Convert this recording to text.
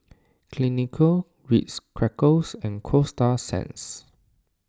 Clinique Ritz Crackers and Coasta Sands